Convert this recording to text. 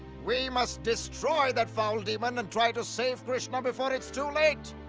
we must destroy that foul demon and try to save krishna before it's too late.